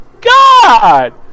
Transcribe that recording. God